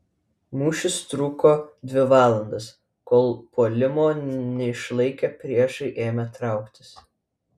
mūšis truko dvi valandas kol puolimo neišlaikę priešai ėmė trauktis